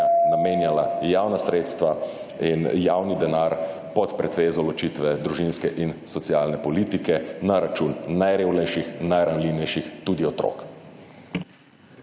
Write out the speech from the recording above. namenjala javna sredstva in javni denar pod pretvezo ločitve družinske in socialne politike na račun najrevnejših, najranljivejših, tudi otrok.